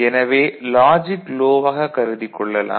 எனவே logic low ஆக கருதிக் கொள்ளலாம்